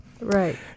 Right